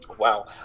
Wow